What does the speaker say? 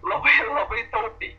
labai labai taupiai